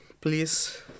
please